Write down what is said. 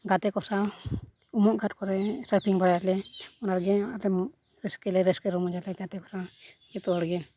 ᱜᱟᱛᱮ ᱠᱚ ᱥᱟᱶ ᱩᱢᱚᱜ ᱜᱷᱟᱴ ᱠᱚᱨᱮ ᱵᱟᱲᱟᱭᱟᱞᱮ ᱚᱱᱟᱜᱮ ᱟᱞᱮ ᱨᱟᱹᱥᱠᱟᱹᱞᱮ ᱨᱟᱹᱥᱠᱟᱹ ᱨᱚᱢᱚᱡᱟᱞᱮ ᱜᱟᱛᱮ ᱠᱚ ᱥᱟᱶ ᱡᱚᱛᱚ ᱦᱚᱲᱜᱮ